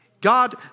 God